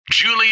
Julie